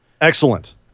Excellent